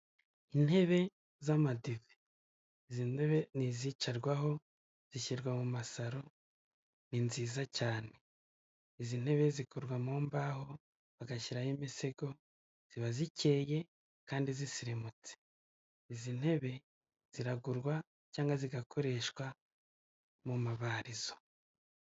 Intebe z'amadive. Izi ntebe ni izicarwaho, zishyirwa mu masaro, ni nziza cyane. Izi ntebe zikorwa mu mbaho bagashyiraho imisego, ziba zikeye kandi zisirimutse. Izi ntebe ziragurwa cyangwa zigakoreshwa mu mabarizo.